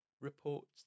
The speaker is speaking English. reports